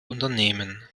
unternehmen